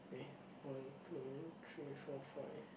eh one two three four five